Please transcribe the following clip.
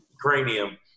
cranium